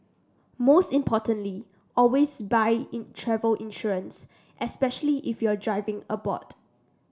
most importantly always buy travel insurance especially if you're driving abroad